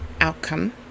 outcome